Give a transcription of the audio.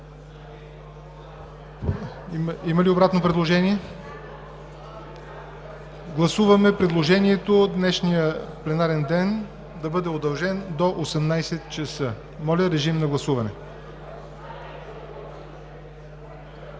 Има ли обратно предложение? Гласуваме предложението днешния пленарен ден да бъде удължен до 18,00 ч. Гласували